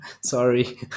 Sorry